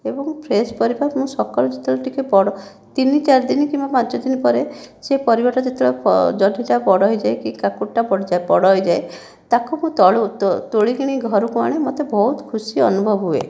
ଏବଂ ଫ୍ରେଶ୍ ପରିବା ମୁଁ ସକାଳୁ ଯେତେବେଳେ ଟିକିଏ ବଡ଼ ତିନି ଚାରି ଦିନ କିମ୍ବା ପାଞ୍ଚ ଦିନ ପରେ ସେ ପରିବାଟା ଯେତେବେଳେ ଜହ୍ନିଟା ବଡ଼ ହୋଇଯାଏ କି କାକୁଡ଼ିଟା ବଡ଼ ହୋଇଯାଏ ତାକୁ ମୁଁ ତୋଳିକରି ଘରକୁ ଆଣେ ମୋତେ ବହୁତ ଖୁସି ଅନୁଭବ ହୁଏ